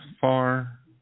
far